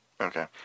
Okay